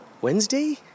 Wednesday